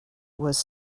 was